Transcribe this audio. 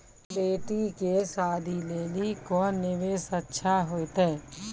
बेटी के शादी लेली कोंन निवेश अच्छा होइतै?